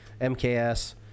MKS